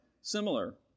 similar